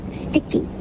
sticky